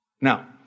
Now